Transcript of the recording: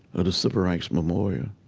of the civil rights memorial.